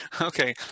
Okay